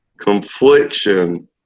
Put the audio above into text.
confliction